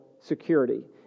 security